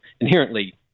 inherently